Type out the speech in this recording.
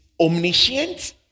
omniscient